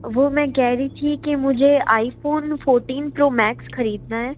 वो मैं कह रही थी कि मुझे आईफोन फोर्टीन प्रो मैक्स खरीदना है